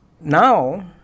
now